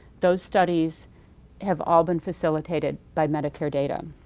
those studies have all been facilitated by medicare data.